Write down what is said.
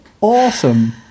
awesome